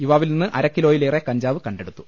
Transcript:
യുവാവിൽ നിന്ന് അരക്കിലോ യിലേറെ കഞ്ചാവ് കണ്ടെടുത്തു